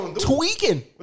tweaking